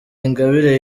ingabire